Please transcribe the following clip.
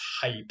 hype